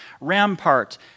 rampart